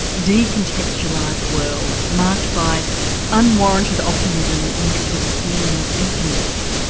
decontextualised world marked by unwarranted optimism mixed with the feeling of emptiness.